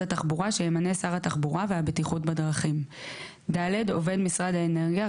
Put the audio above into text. התחבורה שימנה שר התחבורה והבטיחות בדרכים ; (ד) עובד משרד האנרגיה,